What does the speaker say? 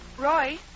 Roy